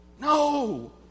No